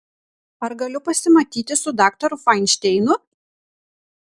ar galiu pasimatyti su daktaru fainšteinu